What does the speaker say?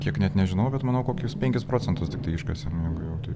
kiek net nežinau bet manau kokius penkis procentus tiktai iškasėm jeigu jau taip